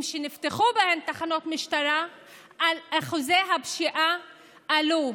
שנפתחו בהם תחנות משטרה אחוזי הפשיעה עלו?